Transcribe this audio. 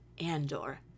Andor